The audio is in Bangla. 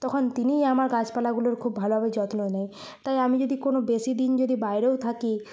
তখন তিনিই আমার গাছপালাগুলোর খুব ভালোভাবে যত্ন নেয় তাই আমি যদি কোনও বেশিদিন যদি বাইরেও থাকি